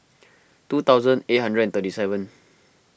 two thousand eight hundred thirty seven